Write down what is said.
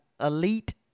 elite